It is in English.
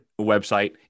website